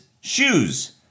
shoes